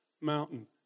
mountain